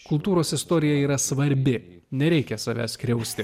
kultūros istorija yra svarbi nereikia savęs skriausti